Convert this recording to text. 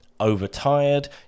overtired